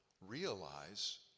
realize